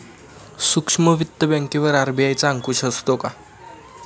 सूक्ष्म वित्त बँकेवर आर.बी.आय चा अंकुश असतो का?